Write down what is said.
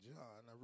John